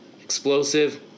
explosive